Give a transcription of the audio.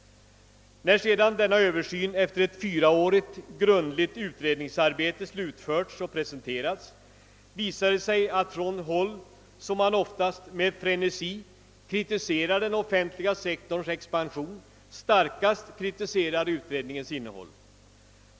När sedan denna översyn efter ett fyraårigt grundligt utredningsarbete slutförts och presenterats, visade det sig att man från håll, där man oftast med frenesi kritiserat den offentliga sektorns expansion, starkast kritiserar utredningens innehåll.